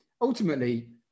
ultimately